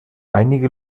einige